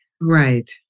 right